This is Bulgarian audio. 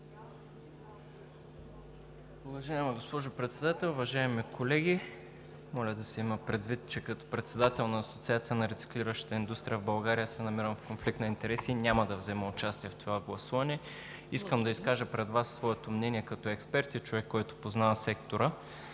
Уважаема госпожо Председател, уважаеми колеги! Моля да се има предвид, че като председател на Асоциацията на рециклиращата индустрия в България се намирам в конфликт на интереси и няма да взема участие в това гласуване. Искам да изкажа пред Вас своето мнение като експерт и човек, който познава сектора.